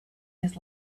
his